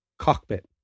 cockpit